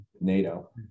NATO